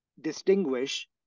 distinguish